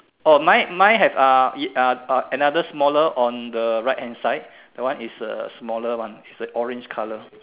orh mine mine has uh e~ uh uh another smaller on the right hand side that one is a smaller one is a orange colour